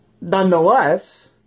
nonetheless